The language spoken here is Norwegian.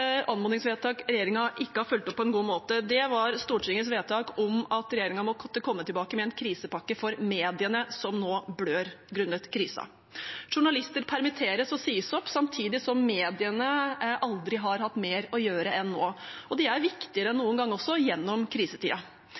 anmodningsvedtak regjeringen ikke har fulgt opp på en god måte, var Stortingets vedtak om at regjeringen måtte komme tilbake med en krisepakke for mediene, som nå blør grunnet krisen. Journalister permitteres og sies opp, samtidig som mediene aldri har hatt mer å gjøre enn nå – og de er viktigere enn noen gang også gjennom